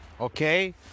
okay